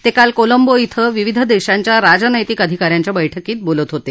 ते काल कोलंबो धिं विविध देशांच्या राजनैतिक आधिका यांच्या बैठकीत बोलत होते